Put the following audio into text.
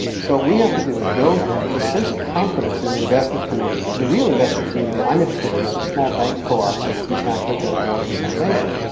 so what we have to do is build a sense of confidence in an investment community. now the real investment community i'm interested in are the small bank co-ops in east africa or in south asia,